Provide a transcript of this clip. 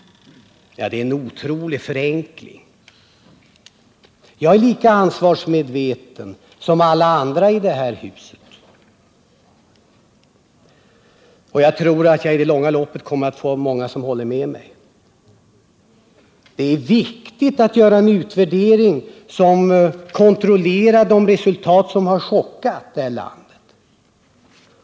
Det är en otrolig förenkling. Jag är lika ansvarsmedveten som alla andra i detta hus. Jag tror att många i det långa loppet kommer att hålla med mig. Det är viktigt att göra en utvärdering, som kontrollerar de resultat som har chockat detta land.